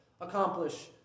accomplish